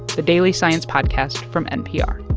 the daily science podcast from npr